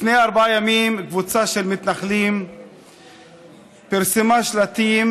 לפני ארבעה ימים קבוצה של מתנחלים פרסמה שלטים